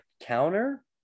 counter